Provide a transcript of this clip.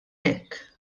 hekk